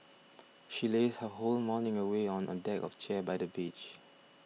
she lazed her whole morning away on a deck of chair by the beach